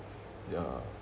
ya